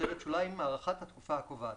הארכת התקופה הקובעת